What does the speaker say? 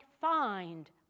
find